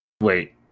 Wait